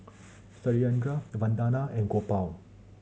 Satyendra Vandana and Gopal